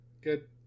good